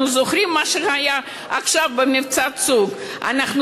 אנחנו זוכרים מה שהיה עכשיו במבצע "צוק איתן",